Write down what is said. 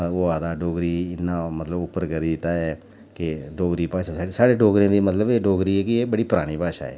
होआ दा ऐ डोगरी इन्ना मतलब उप्पर करी दित्ता ऐ कि डोगरी भाशा साढ़े साढें डोगरें दी मतलब डोगरी जेह्की ऐ एह् बड़ी परानी भाशा ऐ